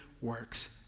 works